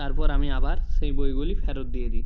তারপর আমি আবার সেই বইগুলি ফেরত দিয়ে দিই